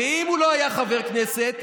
ואם הוא לא היה חבר כנסת,